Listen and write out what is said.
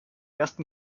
ersten